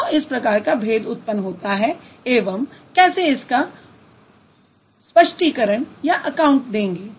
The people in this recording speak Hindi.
क्यों इस प्रकार का भेद उत्पन्न होता है एवं कैसे इसका स्पष्टिकरण देंगे